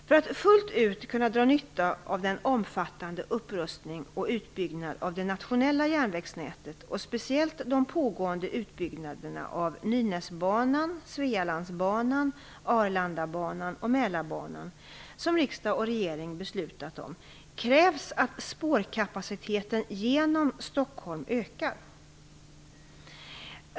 För att man fullt ut skall kunna dra nytta av den omfattande upprustning och utbyggnad av det nationella järnvägsnätet - och speciellt de pågående utbyggnaderna av Nynäsbanan, Svealandsbanan, Arlandabanan och Mälarbanan - som riksdagen och regeringen har beslutat om krävs att spårkapaciteten genom Stockholm ökar.